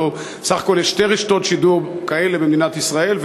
הלוא סך הכול יש שתי רשתות שידור כאלה במדינת ישראל,